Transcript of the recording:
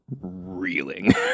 reeling